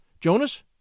Jonas